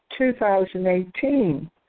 2018